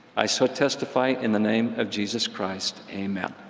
i so testify in the name of jesus christ, amen.